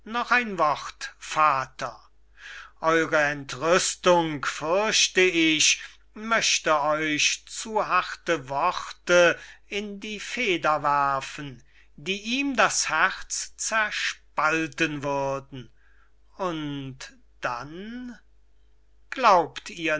noch ein wort vater eure entrüstung fürchte ich möchte euch zu harte worte in die feder werfen die ihm das herz zerspalten würden und dann glaubt ihr